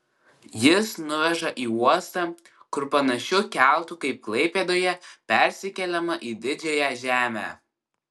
jis nuveža į uostą kur panašiu keltu kaip klaipėdoje persikeliama į didžiąją žemę